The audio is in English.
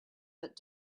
but